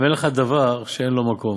ואין לך דבר שאין לו מקום."